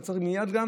אתה צריך מייד גם